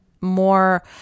More